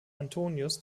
antonius